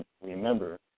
Remember